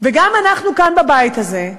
וגם אנחנו כאן, בבית הזה,